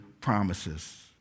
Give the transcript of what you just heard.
promises